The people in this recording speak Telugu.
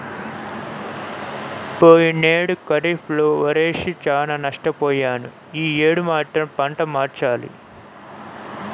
పోయినేడు ఖరీఫ్ లో వరేసి చానా నష్టపొయ్యాను యీ యేడు మాత్రం పంట మార్చాలి